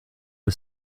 die